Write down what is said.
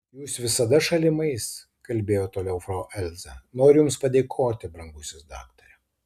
jūs visada šalimais kalbėjo toliau frau elza noriu jums padėkoti brangusis daktare